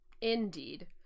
Indeed